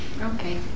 Okay